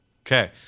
Okay